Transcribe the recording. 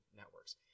networks